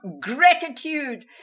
gratitude